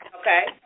okay